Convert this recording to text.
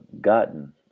gotten